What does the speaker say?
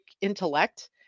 intellect